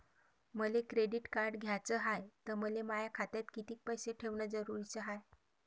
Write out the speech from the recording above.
मले credit card घ्याचं हाय, त मले माया खात्यात कितीक पैसे ठेवणं जरुरीच हाय?